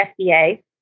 FDA